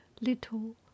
little